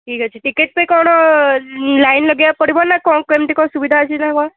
ଠିକ୍ ଅଛି ଟିକେଟ୍ ପାଇଁ କ'ଣ ଲାଇନ୍ ଲଗାଇବା ପଡ଼ିବ ନା କ'ଣ କେମିତି କ'ଣ ସୁବିଧା ଅଛି ନା କ'ଣ